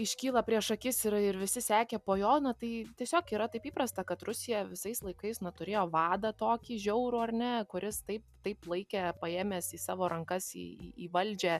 iškyla prieš akis ir ir visi sekė po jo na tai tiesiog yra taip įprasta kad rusija visais laikais na turėjo vadą tokį žiaurų ar ne kuris taip taip laikė paėmęs į savo rankas į į į valdžią